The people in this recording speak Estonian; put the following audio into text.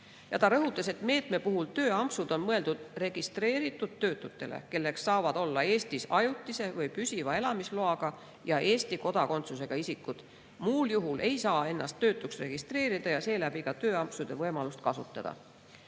Ta rõhutas, et meetmena on tööampsud mõeldud registreeritud töötutele, kelleks saavad olla Eestis ajutise või püsiva elamisloaga ja Eesti kodakondsusega isikud. Muul juhul ei saa ennast töötuks registreerida ja seeläbi ka tööampsude võimalust kasutada.